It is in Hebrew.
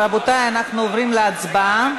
רבותי, אנחנו עוברים להצבעה.